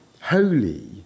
Holy